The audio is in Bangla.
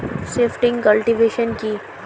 শিফটিং কাল্টিভেশন কি?